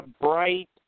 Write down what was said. bright